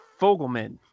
fogelman